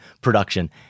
production